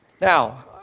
Now